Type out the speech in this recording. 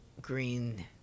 Green